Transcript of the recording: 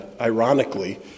ironically